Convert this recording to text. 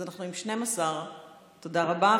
אז אנחנו עם 12. תודה רבה.